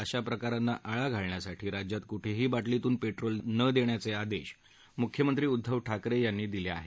अशा प्रकारांना आळा घालण्यासाठी राज्यात कुठेही बाटलीतून पेट्रोल नदेण्याचे आदेश मुख्यमंत्री उद्दव ठाकरे यांनी दिले आहेत